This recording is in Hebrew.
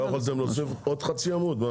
מה, לא יכולתם להוסיף עוד חצי עמוד?